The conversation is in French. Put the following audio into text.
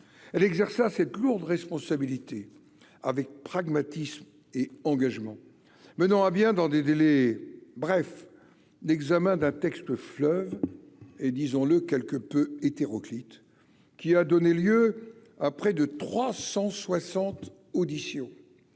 elle exerça cette lourde responsabilité avec pragmatisme et engagement, menant à bien dans des délais brefs, l'examen d'un texte fleuve et disons-le quelque peu hétéroclite qui a donné lieu à près de 360 auditions